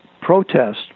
protest